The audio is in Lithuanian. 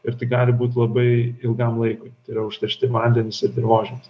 ir tai gali būt labai ilgam laikui tai yra užteršti vandenys ir dirvožemis